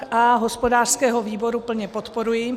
A hospodářského výboru plně podporuji.